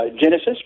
Genesis